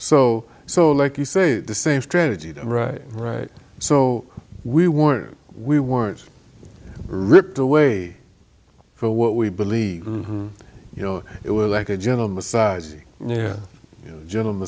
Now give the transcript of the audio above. so so like you say the same strategy right right so we were we weren't ripped away for what we believe you know it was like a gentleman sized gentleman